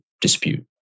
dispute